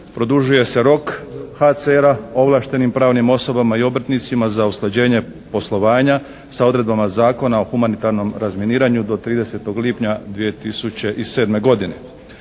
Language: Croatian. Produžuje se rok HCR-a ovlaštenim pravnim osobama i obrtnicima za usklađenje poslovanja sa odredbama Zakona o humanitarnom razminiranju do 30. lipnja 2007. godine.